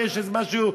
יש איזה משהו,